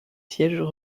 sièges